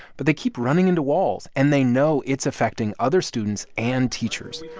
but they keep running into walls, and they know it's affecting other students and teachers.